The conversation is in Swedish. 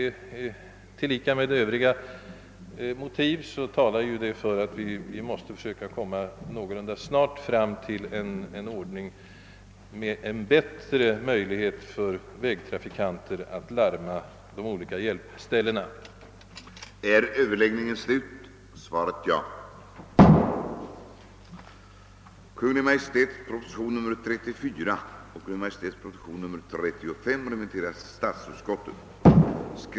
Tillika med övriga motiv talar detta för att vi måste försöka att någorlunda snart komma fram till en ordning som ger en bättre möjlighet för vägtrafikanter att larma de olika hjälpställena.